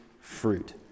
fruit